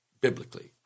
biblically